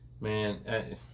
Man